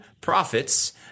prophets